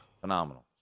phenomenal